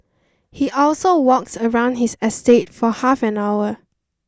he also walks around his estate for half an hour